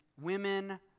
women